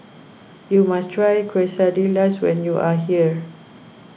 you must try Quesadillas when you are here